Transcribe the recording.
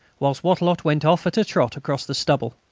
whilst wattrelot went off at a trot across the stubble.